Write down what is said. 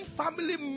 family